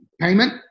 payment